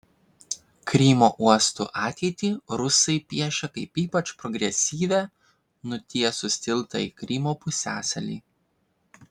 krymo uostų ateitį rusai piešia kaip ypač progresyvią nutiesus tiltą į krymo pusiasalį